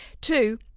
Two